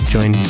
Join